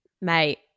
mate